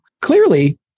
clearly